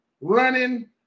running